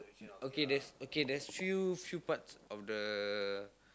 okay there's okay there's few few parts of the